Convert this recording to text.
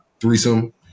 threesome